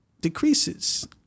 decreases